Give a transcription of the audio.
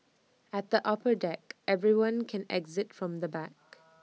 at the upper deck everyone can exit from the back